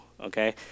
okay